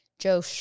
Joe